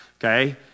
okay